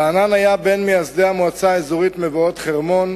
רענן היה בין מייסדי המועצה האזורית מבואות-חרמון,